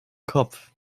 kopf